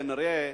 כנראה,